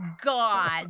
God